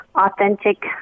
authentic